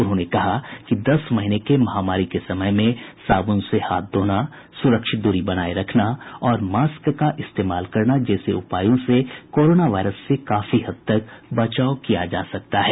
उन्होंने कहा कि दस महीने के महामारी के समय में साबुन से हाथ धोना सुरक्षित दूरी बनाए रखना और मास्क का इस्तेमाल करना जैसे उपायों से कोरोना वायरस से काफी हद तक बचाव किया जा सका है